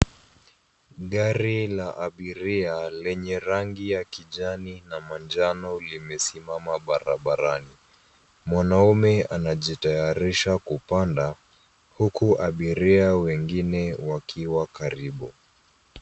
Gari la abiria lenye rangi ya kijani na manjano limesimama barabarani. Mwanaume anajitayarisha kupanda huku abiria wengine wakiwa karibu.